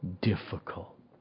difficult